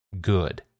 good